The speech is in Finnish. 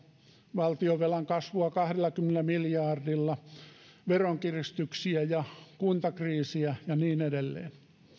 valtionvelan kasvua kahdellakymmenellä miljardilla veronkiristyksiä ja kuntakriisiä ja niin edelleen